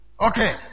Okay